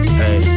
hey